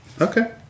okay